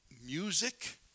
music